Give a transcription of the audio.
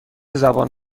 زبان